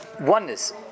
oneness